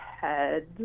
head